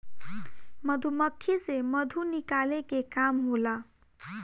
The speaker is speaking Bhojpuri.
मधुमक्खी से मधु निकाले के काम होला